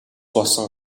болсон